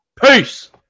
Peace